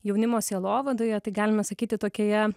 jaunimo sielovadoje tai galima sakyti tokioje